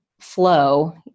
flow